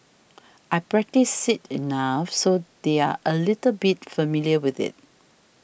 I practice it enough so they're a little bit familiar with it